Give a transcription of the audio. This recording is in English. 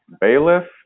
bailiff